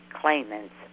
claimants